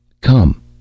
Come